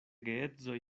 geedzoj